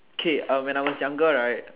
K when I was younger right